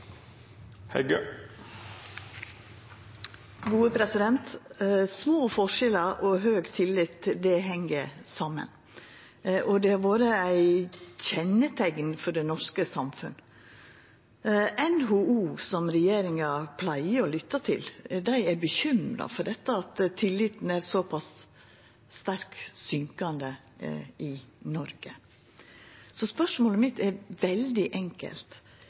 Små forskjellar og høg tillit heng saman, og det har vore eit kjenneteikn på det norske samfunnet. NHO, som regjeringa pleier å lytta til, er bekymra for at tilliten er såpass sterkt synkande i Noreg. Spørsmålet mitt er veldig enkelt: